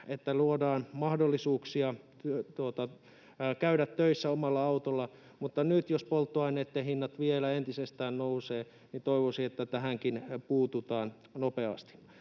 että luodaan mahdollisuuksia käydä töissä omalla autolla, mutta nyt jos polttoaineitten hinnat vielä entisestään nousevat, niin toivoisin, että tähänkin puututaan nopeasti.